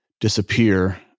disappear